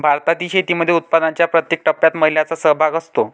भारतातील शेतीमध्ये उत्पादनाच्या प्रत्येक टप्प्यात महिलांचा सहभाग असतो